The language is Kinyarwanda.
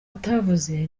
atavuze